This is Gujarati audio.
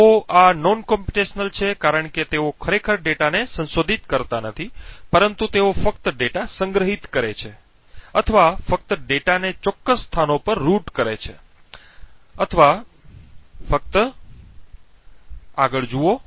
તો આ બિન ગણતરીયુક્ત છે કારણ કે તેઓ ખરેખર ડેટાને સંશોધિત કરતા નથી પરંતુ તેઓ ફક્ત ડેટા સંગ્રહિત કરે છે અથવા ફક્ત ડેટાને ચોક્કસ સ્થાનો પર રૂટ કરે છે અથવા ફક્ત આગળ જુઓ